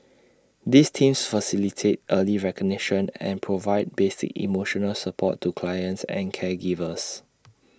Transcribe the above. these teams facilitate early recognition and provide basic emotional support to clients and caregivers